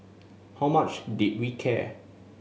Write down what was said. how much did we care